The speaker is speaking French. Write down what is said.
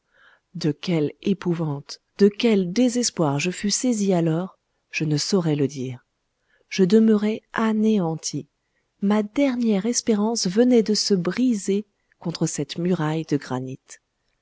de quelle épouvante de quel désespoir je fus saisi alors je ne saurais le dire je demeurai anéanti ma dernière espérance venait de se briser contre cette muraille de granit